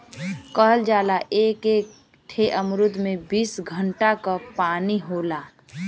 कहल जाला एक एक ठे अमरूद में बीस घड़ा क पानी होला